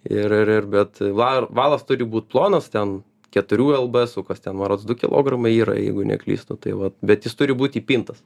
ir ir ir bet va valas turi būt plonas ten keturių el bė esų kas ten man rods du kilogramai yra jeigu neklystu tai vat bet jis turi būt įpintas